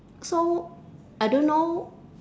so I don't know